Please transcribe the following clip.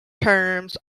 terms